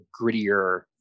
grittier